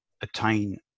attain